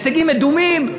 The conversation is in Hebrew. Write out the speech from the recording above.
הישגים מדומים,